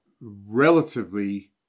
relatively